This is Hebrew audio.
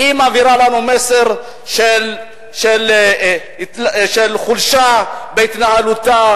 מעבירה לנו מסר של חולשה בהתנהלותה,